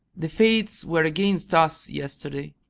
the fates were against us yesterday.